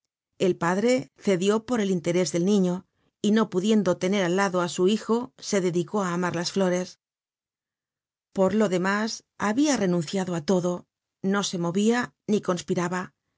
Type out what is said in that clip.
el padre cedió por el interés del niño y no pudiendo tener al lado á su hijo se dedicó á amar las flores por lo demás habia renunciado á todo no se movia ni conspiraba